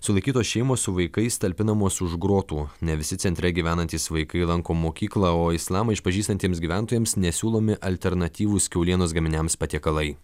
sulaikytos šeimos su vaikais talpinamos už grotų ne visi centre gyvenantys vaikai lanko mokyklą o islamą išpažįstantiems gyventojams nesiūlomi alternatyvūs kiaulienos gaminiams patiekalai